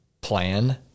plan